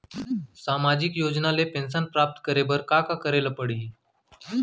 सामाजिक योजना ले पेंशन प्राप्त करे बर का का करे ल पड़ही?